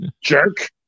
jerk